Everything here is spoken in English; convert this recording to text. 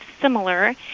similar